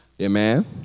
Amen